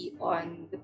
on